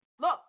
look